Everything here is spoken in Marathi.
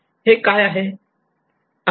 हे काय आहे